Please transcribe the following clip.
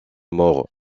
mort